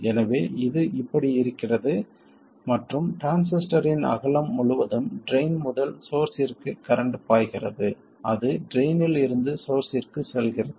எனவே இது இப்படி இருக்கிறது மற்றும் டிரான்சிஸ்டரின் அகலம் முழுவதும் ட்ரைன் முதல் சோர்ஸ்ஸிற்கு கரண்ட் பாய்கிறது அது ட்ரைன் இல் இருந்து சோர்ஸ்ஸிற்கு செல்கிறது